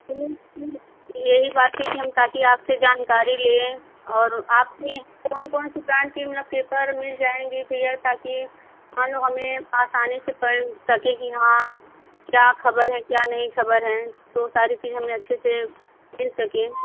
नहीं फिर यही बात थी कि हम ताकि आप से जानकारी लें और आपकी कौन कौन सी ब्रांड के मतलब पेपर मिल जाएँगें भैया ताकि मानो हमें आसानी से पढ़ सकें कि हाँ क्या ख़बर है क्या नहीं ख़बर है तो वह सारी चीज़ें हमें अच्छे से मिल सके